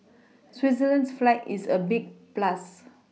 Switzerland's flag is a big plus